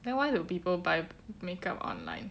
then why do people buy make up online